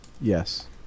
Yes